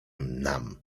nam